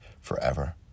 forever